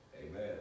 Amen